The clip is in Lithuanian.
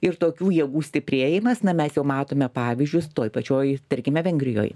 ir tokių jėgų stiprėjimas na mes jau matome pavyzdžius toj pačioj tarkime vengrijoj